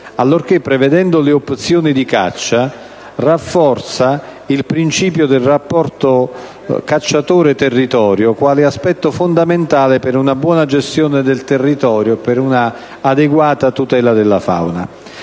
allorché, prevedendo le opzioni di caccia, rafforza il principio del rapporto cacciatore-territorio quale aspetto fondamentale per una buona gestione del territorio e una adeguata tutela della fauna.